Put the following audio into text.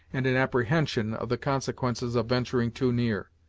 and in apprehension of the consequences of venturing too near.